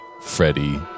Freddie